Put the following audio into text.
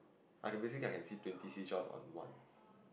like basically I can see twenty seashell on one